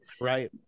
right